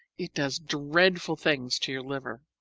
it does dreadful things to your liver.